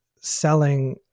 selling